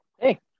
hey